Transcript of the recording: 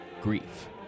grief